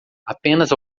apenas